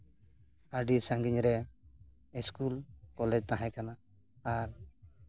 ᱟᱹᱰᱤ ᱥᱟᱺᱜᱤᱧ ᱨᱮ ᱤᱥᱠᱩᱞ ᱠᱚᱞᱮᱡᱽ ᱛᱟᱦᱮᱸ ᱠᱟᱱᱟ ᱟᱨ